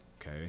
okay